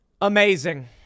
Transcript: Amazing